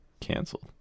canceled